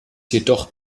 jedoch